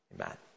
Amen